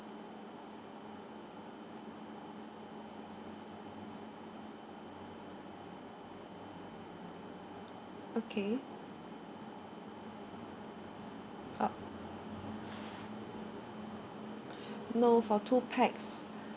okay orh no for two pax